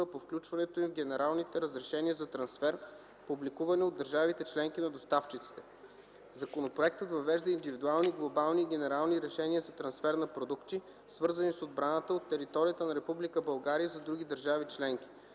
по включването им в генералните разрешения за трансфер, публикувани от държавите членки на доставчиците. Законопроектът въвежда индивидуални, глобални и генерални решения за трансфер на продукти, свързани с отбраната, от територията на Република България за други държави членки.